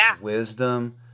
wisdom